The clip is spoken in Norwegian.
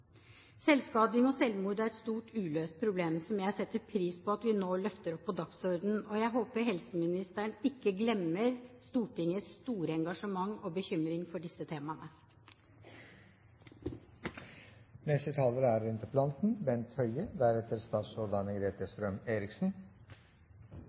Selvskading og selvmord er et stort, uløst problem, som jeg nå setter pris på at vi løfter opp på dagsordenen, og jeg håper at helseministeren ikke glemmer Stortingets store engasjement og bekymring for disse